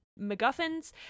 MacGuffins